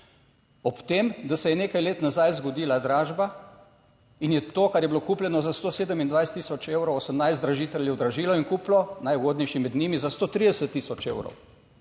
Ob tem, da se je nekaj let nazaj zgodila dražba in je to, kar je bilo kupljeno za 127000 evrov, 18 dražiteljev dražilo in kupilo najugodnejši med njimi za 130000 evrov.